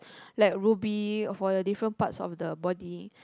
like ruby for your different parts of the body